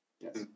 Yes